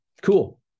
Cool